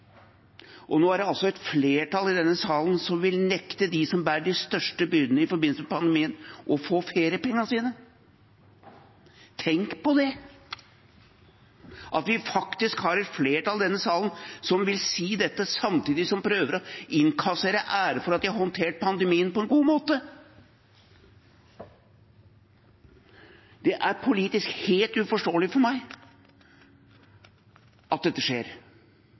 Og nå er det altså et flertall i denne salen for å nekte dem som bærer de største byrdene i forbindelse med pandemien, å få feriepengene sine. Tenk på det – et flertall i denne salen vil faktisk si dette samtidig som de prøver å innkassere æren for at de har håndtert pandemien på en god måte. Det er politisk helt uforståelig for meg at dette skjer